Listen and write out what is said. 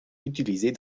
utilisée